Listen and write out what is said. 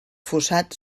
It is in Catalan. fossat